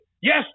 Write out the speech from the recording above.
yes